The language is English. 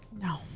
No